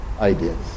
ideas